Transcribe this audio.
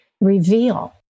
reveal